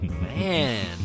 Man